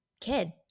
kid